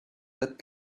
that